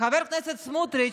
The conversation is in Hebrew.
חבר הכנסת סמוטריץ',